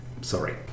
Sorry